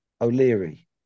O'Leary